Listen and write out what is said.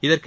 இதற்கு